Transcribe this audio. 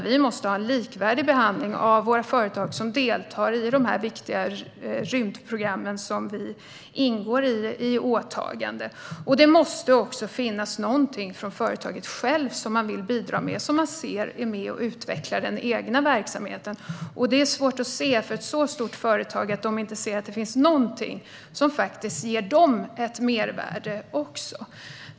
Vi måste ha likvärdig behandling av de företag som deltar i de viktiga rymdprogram som ingår i åtagandet. Det måste också finnas någonting som företaget självt vill bidra med - någonting som man ser är med och utvecklar den egna verksamheten. När det gäller ett så stort företag är det svårt att se att det inte skulle finnas någonting som även ger dem ett mervärde.